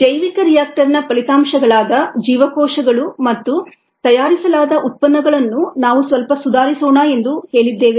ಜೈವಿಕ ರಿಯಾಕ್ಟರ್ನ ಫಲಿತಾಂಶಗಳಾದ ಜೀವಕೋಶಗಳು ಮತ್ತು ತಯಾರಿಸಲಾದ ಉತ್ಪನ್ನಗಳನ್ನೂ ನಾವು ಸ್ವಲ್ಪ ಸುಧಾರಿಸೋಣ ಎಂದು ಹೇಳಿದ್ದೇವೆ